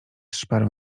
szparę